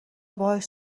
باهاش